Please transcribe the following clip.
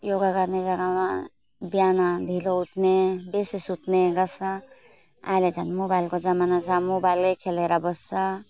योगा गर्ने बेलामा बिहान ढिलो उठ्ने बेसी सुत्ने गर्छ अहिले झन् मोबाइलको जमाना छ मोबाइलै खेलेर बस्छ